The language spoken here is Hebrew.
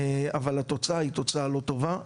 התוצאה היא תוצאה לא טובה.